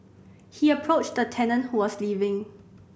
he approached a tenant who was leaving